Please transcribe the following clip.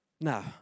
Now